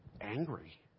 angry